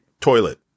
toilet